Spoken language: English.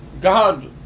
God